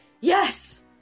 yes